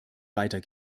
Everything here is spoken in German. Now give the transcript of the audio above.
weiter